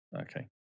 Okay